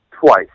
twice